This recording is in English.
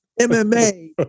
MMA